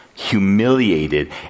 humiliated